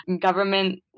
government